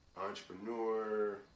entrepreneur